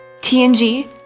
TNG